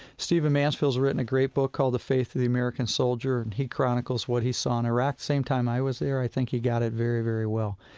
stephen mansfield's written a great book called the faith of the american soldier. and he chronicles what he saw in iraq, the same time i was there. i think he got it very, very well.